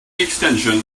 extension